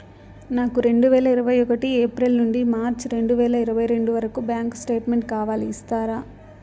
నాకు రెండు వేల ఇరవై ఒకటి ఏప్రిల్ నుండి మార్చ్ రెండు వేల ఇరవై రెండు వరకు బ్యాంకు స్టేట్మెంట్ కావాలి ఇస్తారా